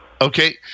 Okay